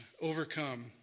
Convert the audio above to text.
Overcome